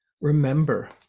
remember